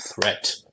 threat